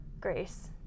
grace